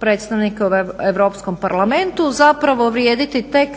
predstavnika u Europskom parlamentu zapravo vrijediti tek